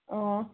ꯑꯣ